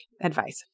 advice